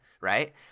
right